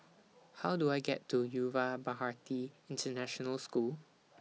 How Do I get to Yuva Bharati International School